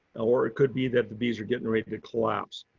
ah or it could be that the bees are getting ready to collapse.